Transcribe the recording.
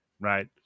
right